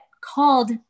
called